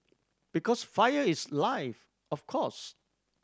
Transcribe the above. because fire is life of course